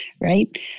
right